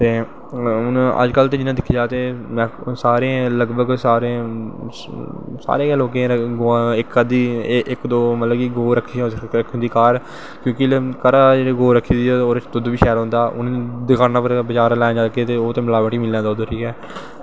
ते हून अज्ज कल ते दिक्खेआ जा ते सारें लगभग सारें गै लोकें इक्क दो गौ रक्खी दी होंदी घर ते जिसलै गै रक्खी दी ऐ घर घौ रक्की दी ऐ ते दुध्द बी शैल होंदा हून दकाना पर बज़ार जागे दुद्ध लैन ते ओह् ते मलाबटी गै मिलना दुध्द ठीक ऐ